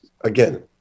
again